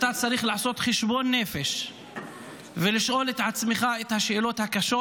שאתה צריך לעשות חשבון נפש ולשאול את עצמך את השאלות הקשות,